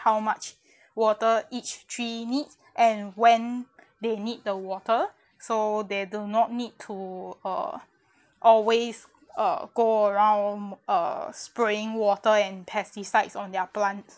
how much water each tree need and when they need the water so they do not need to uh always uh go around uh spraying water and pesticides on their plants